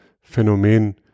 Phänomen